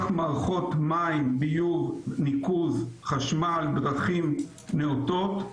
מערכות מים, ביוב, ניקוז וחשמל ודרכים נאותות.